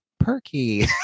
perky